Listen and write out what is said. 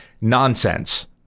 Nonsense